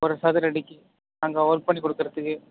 ஒரு சதுரடிக்கு நாங்கள் ஒர்க் பண்ணி கொடுக்குறதுக்கு